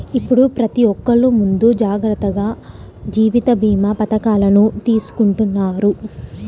ఇప్పుడు ప్రతి ఒక్కల్లు ముందు జాగర్తగా జీవిత భీమా పథకాలను తీసుకుంటన్నారు